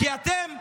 כי אתם האויב.